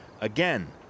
again